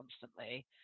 constantly